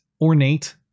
ornate